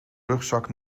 rugzak